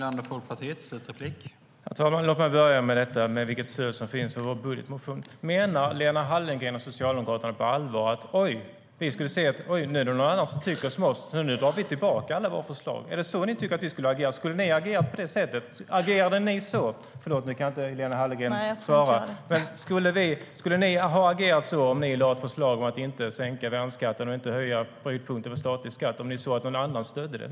Herr talman! Låt mig börja med frågan om vilket stöd det finns för vår budgetmotion. Menar Lena Hallengren och Socialdemokraterna på allvar att de tänker så här: Oj, nu är det någon annan som tycker som vi, så nu drar vi tillbaka alla våra förslag! Är det så ni tycker att vi skulle ha agerat? Skulle ni ha agerat på det sättet? Förlåt - Lena Hallengren kan inte svara nu. Men skulle ni agera så om ni lade fram ett förslag om att inte sänka värnskatten och inte höja brytpunkten för statlig skatt och såg att någon annan stödde det?